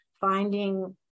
finding